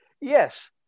Yes